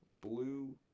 blue